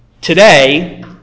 today